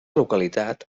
localitat